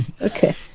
Okay